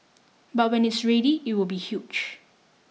but when it's ready it will be huge